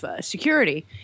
security